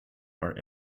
are